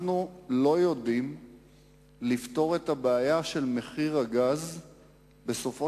אנחנו לא יודעים לפתור את הבעיה של מחיר הגז בסופו